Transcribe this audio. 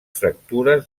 fractures